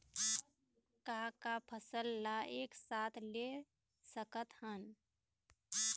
का का फसल ला एक साथ ले सकत हन?